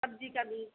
सब्जी का बीज